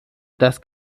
das